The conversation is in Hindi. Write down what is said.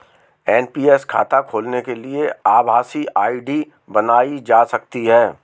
एन.पी.एस खाता खोलने के लिए आभासी आई.डी बनाई जा सकती है